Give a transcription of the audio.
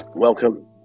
Welcome